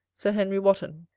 sir henry wotton,